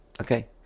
Okay